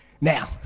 Now